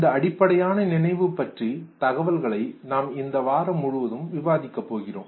இந்த அடிப்படையான நினைவு பற்றிய தகவல்களை நாம் இந்த வாரம் முழுவதும் விவாதிக்கப் போகிறோம்